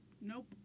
nope